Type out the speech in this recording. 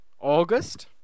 August